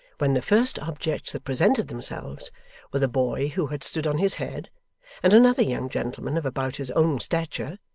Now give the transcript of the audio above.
when the first objects that presented themselves were the boy who had stood on his head and another young gentleman of about his own stature,